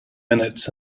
minutes